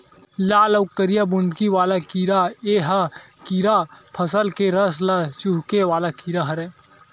लाल अउ करिया बुंदकी वाला कीरा ए ह कीरा फसल के रस ल चूंहके वाला कीरा हरय